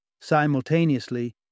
Simultaneously